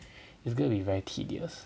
it's gonna be very tedious